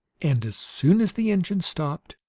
and, as soon as the engine stopped,